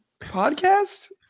podcast